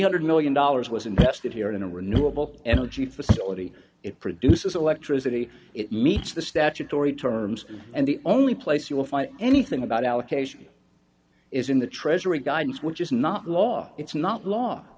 hundred million dollars was invested here in a renewable energy facility it produces electricity it meets the statutory terms and the only place you will find anything about allocation is in the treasury guidance which is not law it's not law